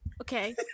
Okay